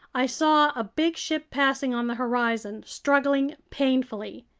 i saw a big ship passing on the horizon, struggling painfully.